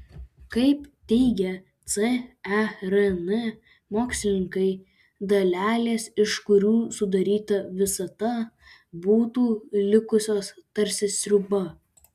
kaip teigia cern mokslininkai dalelės iš kurių sudaryta visata būtų likusios tarsi sriuba